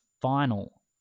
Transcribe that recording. final